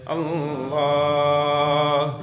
Allah